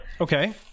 Okay